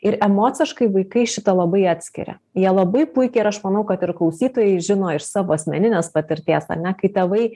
ir emociškai vaikai šitą labai atskiria jie labai puikiai ir aš manau kad ir klausytojai žino iš savo asmeninės patirties ane kai tėvai